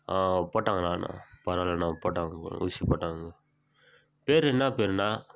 போட்டாங்களாண்ணா பரவாயில்லண்ணா போட்டாங்க போல் ஊசி போட்டாங்க பேர் என்ன பேருண்ணா